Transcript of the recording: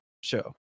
show